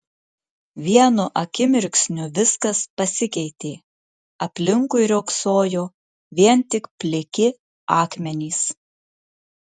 vienu akimirksniu viskas pasikeitė aplinkui riogsojo vien tik pliki akmenys